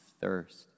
thirst